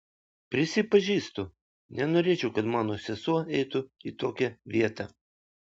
prisipažįstu nenorėčiau kad mano sesuo eitų į tokią vietą